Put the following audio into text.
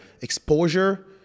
Exposure